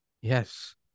Yes